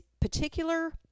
particular